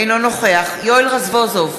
אינו נוכח יואל רזבוזוב,